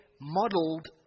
modeled